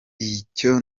icyo